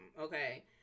Okay